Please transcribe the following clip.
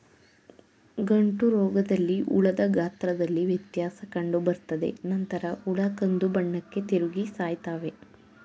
ಗಂಟುರೋಗದಲ್ಲಿ ಹುಳದ ಗಾತ್ರದಲ್ಲಿ ವ್ಯತ್ಯಾಸ ಕಂಡುಬರ್ತದೆ ನಂತರ ಹುಳ ಕಂದುಬಣ್ಣಕ್ಕೆ ತಿರುಗಿ ಸಾಯ್ತವೆ